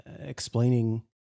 explaining